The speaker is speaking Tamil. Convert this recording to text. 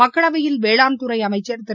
மக்களவையில் வேளாண்துறை அமைச்சர் திரு